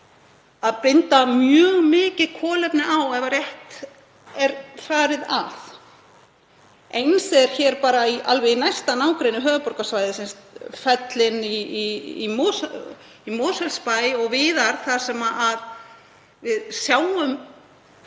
að binda mjög mikið kolefni á ef rétt er farið að. Eins eru hér alveg í næsta nágrenni höfuðborgarsvæðisins fellin í Mosfellsbæ og víðar þar sem við sjáum